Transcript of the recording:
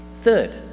Third